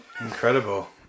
Incredible